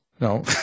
no